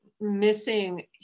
missing